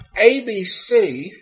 ABC